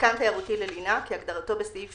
"מתקן תיירותי ללינה" כהגדרתו בסעיף